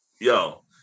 yo